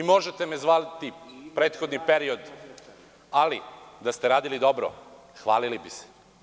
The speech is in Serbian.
Možete me zvati – prethodni period, ali da ste radili dobro, hvalili bi se.